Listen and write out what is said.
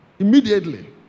Immediately